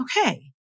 okay